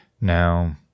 Now